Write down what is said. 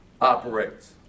operates